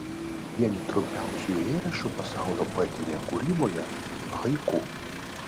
vieni trumpiausių eilėraščių pasaulio poetinėje kūryboje haiku